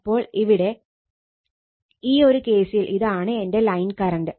അപ്പോൾ ഇവിടെ ഈ കേസിൽ ഇതാണ് എന്റെ ലൈൻ കറണ്ട്